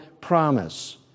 promise